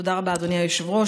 תודה רבה, אדוני היושב-ראש.